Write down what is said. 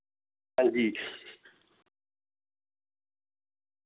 हां जी